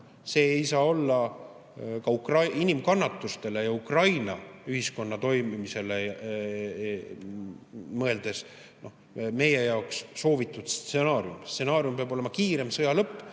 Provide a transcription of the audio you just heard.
See ei saa olla inimkannatustele ja Ukraina ühiskonna toimimisele mõeldes meie jaoks soovitud stsenaarium. Stsenaarium peab olema kiirem sõja lõpp,